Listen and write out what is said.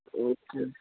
okay